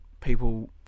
people